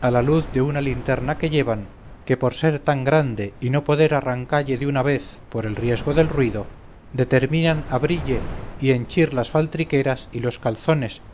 a la luz de una linterna que llevan que por ser tan grande y no poder arrancalle de una vez por el riesgo del ruido determinan abrille y henchir las faltriqueras y los calzones